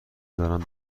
دارم